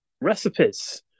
recipes